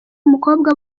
umukobwa